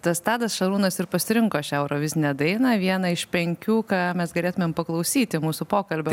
tas tadas šarūnas ir pasirinko šią eurovizinę dainą vieną iš penkių ką mes galėtumėm paklausyti mūsų pokalbio